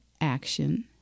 action